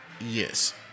Yes